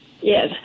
Yes